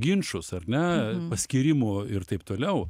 ginčus ar ne paskyrimų ir taip toliau